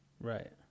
Right